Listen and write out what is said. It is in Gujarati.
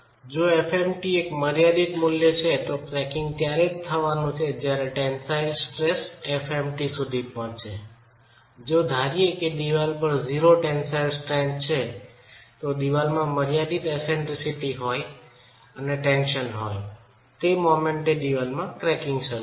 જો fmt એક મર્યાદિત મૂલ્ય છે તો ક્રેકીંગ ત્યારે જ થવાનું છે જ્યારે ટેન્સાઇલ સ્ટ્રેસ fmt સુધી પહોંચે જો ધારીયે કે દિવાલ પાસે જીરો ટેન્સાઈલ સ્ટ્રેન્થ છે તો દિવાલમાં મર્યાદિત એસેન્ડરીસિટી હોય અને ટેન્સન હોય તો તે મોમન્ટે દિવાલમાં ક્રેકીંગ શરુ થશે